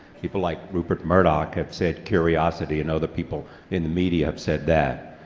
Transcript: people like rupert murdoch have said curiosity, and other people in the media have said that.